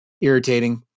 irritating